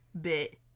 bit